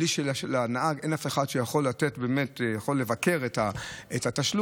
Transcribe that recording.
לנהג אין אף אחד שיכול לבקר את התשלום,